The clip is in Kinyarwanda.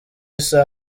isa